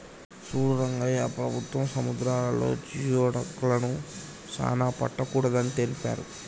సూడు రంగయ్య ప్రభుత్వం సముద్రాలలో జియోడక్లను సానా పట్టకూడదు అని తెలిపారు